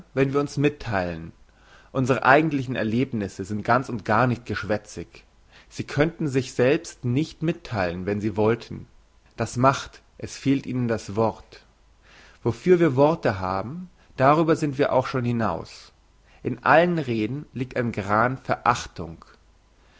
wenn wir uns mittheilen unsre eigentlichen erlebnisse sind ganz und gar nicht geschwätzig sie könnten sich selbst nicht mittheilen wenn sie wollten das macht es fehlt ihnen das wort wofür wir worte haben darüber sind wir auch schon hinaus in allem reden liegt ein gran verachtung